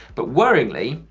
but worryingly,